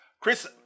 Chris